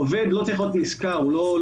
היא שעובד לא צריך להיות נשכר כתוצאה